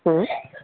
হুম